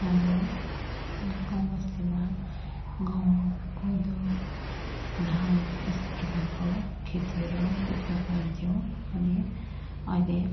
हाम्रो गाउँ बस्तीमा गहुँ कोदो धान यस्तो प्रकारको खेतीहरू देख्न पाइन्थ्यो भने अहिले